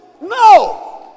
No